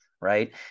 right